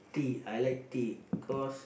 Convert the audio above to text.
tea I like tea because